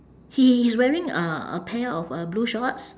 he he's wearing uh a pair of uh blue shorts